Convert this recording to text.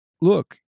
look